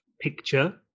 picture